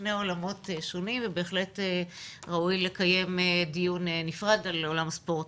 שני עולמות שונים ובהחלט ראוי לקיים דיון נפרד על עולם הספורט.